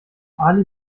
ali